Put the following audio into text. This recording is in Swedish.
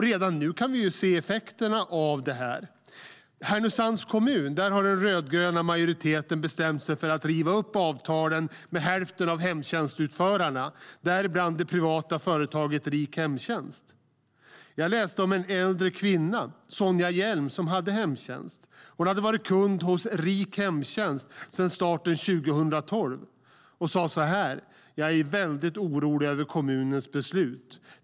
Redan nu kan vi se effekterna av detta. I Härnösands kommun har den rödgröna majoriteten beslutat att riva upp avtalen med hälften av hemtjänstutförarna, däribland det privata företaget Rik hemtjänst. Jag läste om en äldre kvinna, Sonja Hjelm, som hade hemtjänst. Hon hade varit kund hos Rik hemtjänst sedan starten 2012. Hon sa: Jag är väldigt orolig över kommunens beslut.